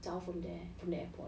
chao from there from the airport